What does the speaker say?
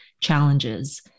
challenges